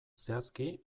zehazki